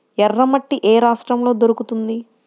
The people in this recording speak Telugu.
ఎర్రమట్టి ఏ రాష్ట్రంలో దొరుకుతుంది?